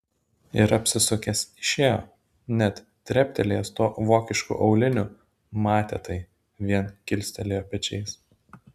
ir apsisukęs išėjo net treptelėjęs tuo vokišku auliniu matę tai vien kilstelėjo pečiais